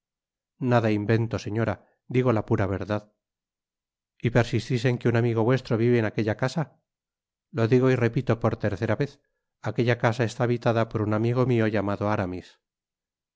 nada invento señora digo la pura verdad y persistis en que un amigo vuestro vive en aquella casa lo digo y repito por tercera vez aquella casa está habitada por un amigo mio llamado aramis